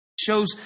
shows